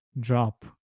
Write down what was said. drop